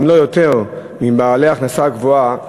אם לא יותר מבעלי ההכנסה הגבוהה.